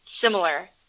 similar